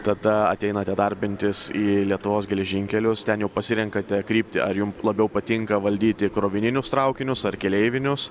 tada ateinate darbintis į lietuvos geležinkelius ten jau pasirenkate kryptį ar jum labiau patinka valdyti krovininius traukinius ar keleivinius